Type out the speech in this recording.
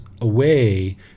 away